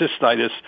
cystitis